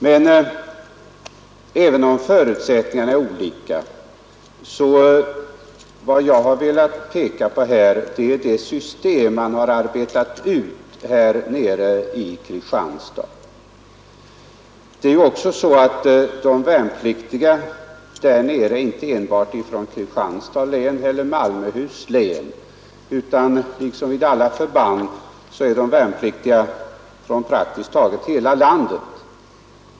Men även om förutsättningarna är olika på olika håll har jag velat peka på det system som har utarbetats nere i Kristianstad, där de värnpliktiga att motverka arbetslösheten bland ungdom kommer inte enbart från Kristianstads län eller Malmöhus län utan liksom vid alla andra förband från praktiskt taget hela landet.